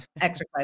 exercise